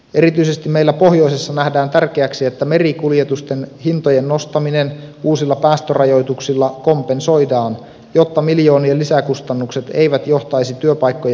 erityisesti meillä pohjoisessa nähdään tärkeäksi että merikuljetusten hintojen nostaminen uusilla päästörajoituksilla kompensoidaan jotta miljoonien lisäkustannukset eivät johtaisi työpaikkojen menetyksiin